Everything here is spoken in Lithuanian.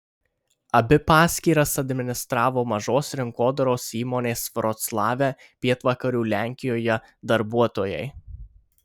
abi paskyras administravo mažos rinkodaros įmonės vroclave pietvakarių lenkijoje darbuotojai